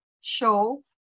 show